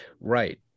right